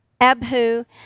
Abhu